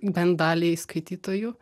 bent daliai skaitytojų